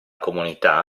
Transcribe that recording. comunità